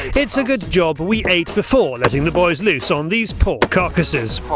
it'sa good job we ate before letting the boys loose on these poor carcases.